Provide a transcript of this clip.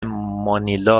مانیلا